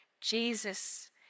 Jesus